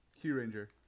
Q-Ranger